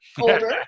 older